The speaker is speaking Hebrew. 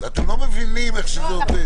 אתם לא מבינים איך שזה עובד.